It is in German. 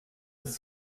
ist